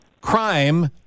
Crime